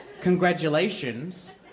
congratulations